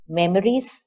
memories